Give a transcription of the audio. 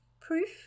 proof